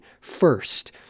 first